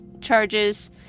charges-